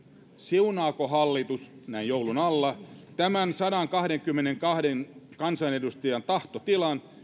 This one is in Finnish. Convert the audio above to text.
siunaako hallitus näin joulun alla tämän sadankahdenkymmenenkahden kansanedustajan tahtotilan